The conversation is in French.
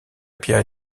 pierre